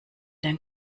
denn